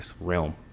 realm